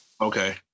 Okay